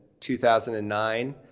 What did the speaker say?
2009